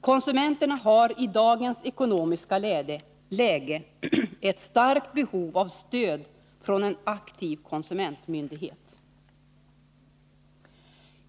Konsumenterna har i dagens ekonomiska läge ett starkt behov av stöd från en aktiv konsumentmyndighet.